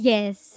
Yes